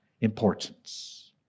importance